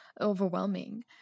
overwhelming